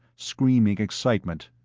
screaming excitement.